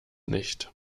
nicht